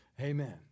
Amen